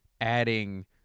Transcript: adding